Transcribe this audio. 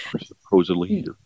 supposedly